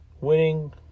winning